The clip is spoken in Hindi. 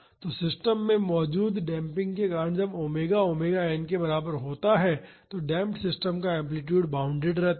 तो सिस्टम में मौजूद डेम्पिंग के कारण जब ओमेगा ओमेगा एन के बराबर होता है तो डेमप्ड सिस्टम का एम्पलीटूड बॉउंडेड रहता है